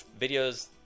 videos